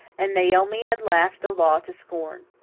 and naomi had laughed the law to scorn.